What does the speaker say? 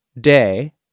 day